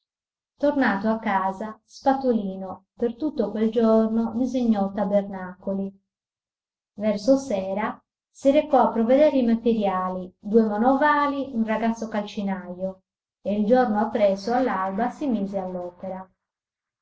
tornato a casa spatolino per tutto quel giorno disegnò tabernacoli verso sera si recò a provvedere i materiali due manovali un ragazzo calcinajo e il giorno appresso all'alba si mise